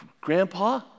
Grandpa